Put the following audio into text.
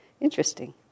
Interesting